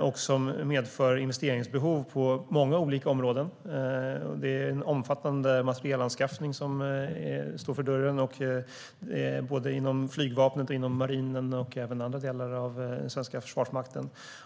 och som medför investeringsbehov på många olika områden. Det är en omfattande materielanskaffning som står för dörren, både inom flygvapnet och marinen och inom andra delar av den svenska försvarsmakten.